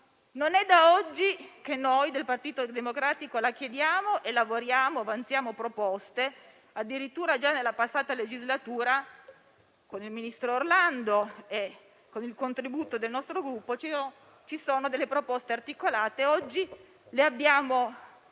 Non è da oggi che noi del Partito Democratico la chiediamo e su questo lavoriamo e avanziamo proposte. Addirittura già nella passata legislatura, con il ministro Orlando e con il contributo del nostro Gruppo, abbiamo presentato proposte articolate; oggi le abbiamo